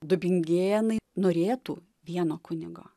dubingėnai norėtų vieno kunigo